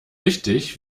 richtig